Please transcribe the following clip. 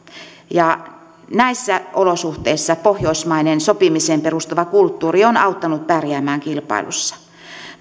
ja näissä olosuhteissa pohjoismainen sopimiseen perustuva kulttuuri on auttanut pärjäämään kilpailussa